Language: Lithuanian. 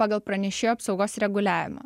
pagal pranešėjo apsaugos reguliavimą